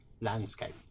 landscape